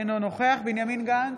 אינו נוכח בנימין גנץ,